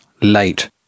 late